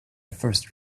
first